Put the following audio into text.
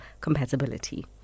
compatibility